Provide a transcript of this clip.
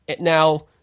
now